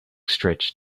stretch